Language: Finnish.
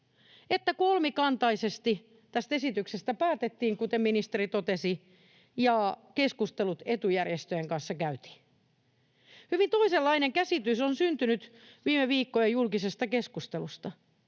että kolmikantaisesti tästä esityksestä päätettiin, kuten ministeri totesi, ja keskustelut etujärjestöjen kanssa käytiin? Hyvin toisenlainen käsitys on syntynyt viime viikkojen julkisesta keskustelusta.